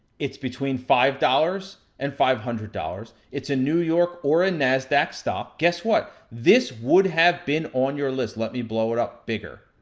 it's between five dollars and five hundred dollars. it's a new york, or a nasdaq stock, guess what? this would have been on your list, let me blow it up bigger.